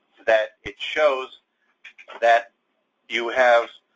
that it shows that you have